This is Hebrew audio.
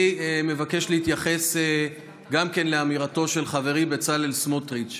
אני מבקש להתייחס גם כן לאמירתו של חברי בצלאל סמוטריץ'.